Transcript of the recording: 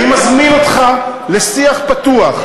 אני מזמין אותך לשיח פתוח,